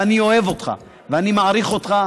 ואני אוהב אותך ואני מעריך אותך,